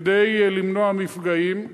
כדי למנוע מפגעים.